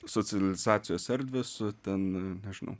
socializacijos erdvę su ten nežinau